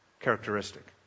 characteristic